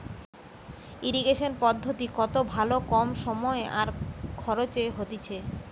irrigation পদ্ধতি কত ভালো কম সময় আর খরচে হতিছে